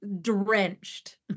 drenched